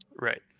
Right